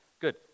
Good